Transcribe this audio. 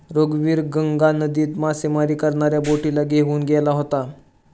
रघुवीर गंगा नदीत मासेमारी करणाऱ्या बोटीला घेऊन गेला होता